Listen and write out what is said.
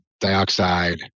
dioxide